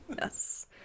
Yes